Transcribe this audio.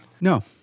No